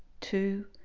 two